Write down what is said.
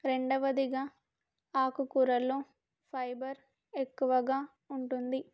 రెండవదిగా ఆకుకూరలలో ఫైబర్ ఎక్కువగా ఉంటుంది